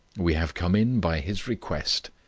we have come in by his request.